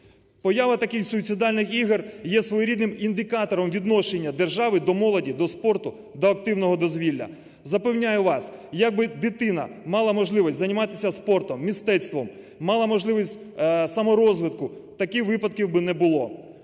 Поява таких суїцидальних ігор є своєрідним індикатором відношення держави до молоді, до спорту та активного дозвілля. Запевняю вас, якби дитина мала можливість займатися спортом, мистецтвом, мала можливість саморозвитку, таких випадків би не було.